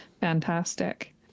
fantastic